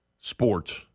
sports